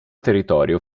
territorio